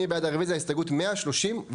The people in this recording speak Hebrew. מי בעד רביזיה להסתייגות מספר 136?